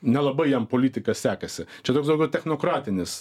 nelabai jam politika sekasi čia toks daugiau technokratinis